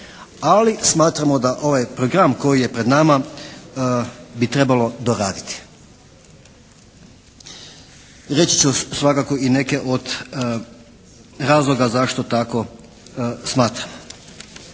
ali smatramo da ovaj program koji je pred nama bi trebalo doraditi. Reći ću svakako i neke od razloga zašto tako smatramo.